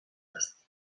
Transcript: است